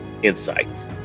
insights